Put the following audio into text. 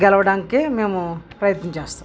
గెలవడానికి మేము ప్రయత్నం చేస్తాము